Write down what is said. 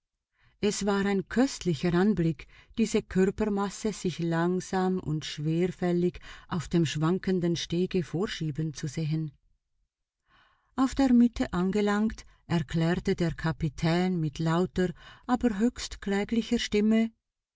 es war ein köstlicher anblick diese körpermasse sich langsam und schwerfällig auf dem schwankenden stege vorschieben zu sehen auf der mitte angelangt erklärte der kapitän mit lauter aber höchst kläglicher stimme